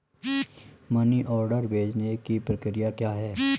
Money order भेजने की प्रक्रिया क्या है?